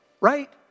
right